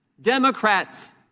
Democrats